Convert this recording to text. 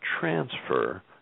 transfer